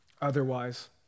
otherwise